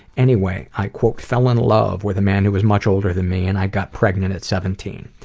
anyway i fell in love with a man who was much older than me and i got pregnant at seventeen.